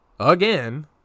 Again